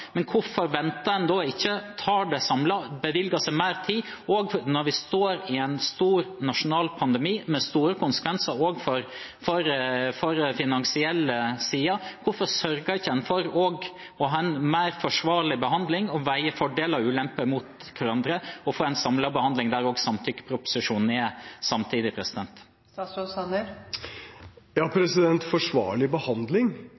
men hvorfor venter en ikke da og tar det samlet, og bevilger seg mer tid? Og når vi står i en stor nasjonal pandemi, med store konsekvenser også for den finansielle siden, hvorfor sørger en ikke da for å ha en mer forsvarlig behandling, veier fordeler og ulemper mot hverandre og får en samlet behandling, der også samtykkeproposisjonen behandles samtidig? Forsvarlig behandling? Dette er altså en utredning som er foretatt av Finanstilsynet, med Norges Bank og